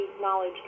knowledge